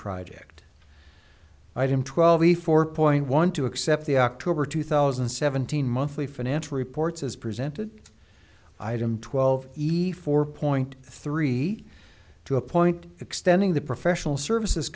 project item twelve a four point one to accept the october two thousand and seventeen monthly financial reports as presented item twelve efore point three two a point extending the professional services